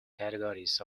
categories